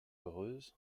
heureuse